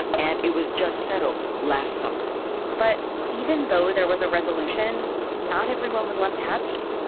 and it was just settled last summer but even though there was a resolution, not everyone was left happy.